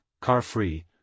car-free